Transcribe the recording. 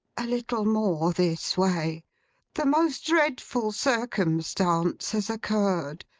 a little more this way. the most dreadful circumstance has occurred.